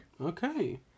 Okay